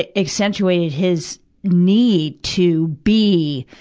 ah accentuated his need to be,